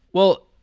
well,